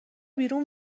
بیرون